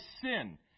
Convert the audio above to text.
sin